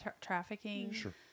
trafficking